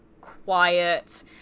quiet